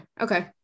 Okay